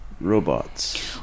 robots